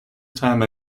time